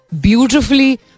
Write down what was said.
beautifully